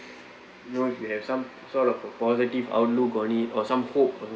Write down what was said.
you know you have some sort of a positive outlook only or some hope